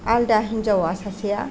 आलादा हिनजावआ सासेया